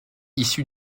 issu